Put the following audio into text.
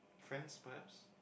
friends perhaps